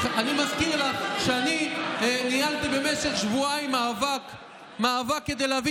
שאני ניהלתי במשך שבועיים מאבק כדי להביא